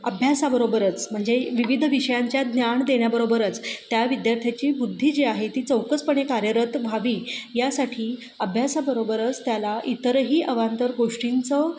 अभ्यासाबरोबरच म्हणजे विविध विषयांच्या ज्ञान देण्याबरोबरच त्या विद्यार्थ्याची बुद्धी जी आहे ती चौकसपणे कार्यरत व्हावी यासाठी अभ्यासाबरोबरच त्याला इतरही अवांतर गोष्टींचं